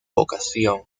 vocación